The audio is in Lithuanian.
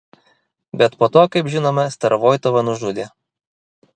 bet po to kaip žinome starovoitovą nužudė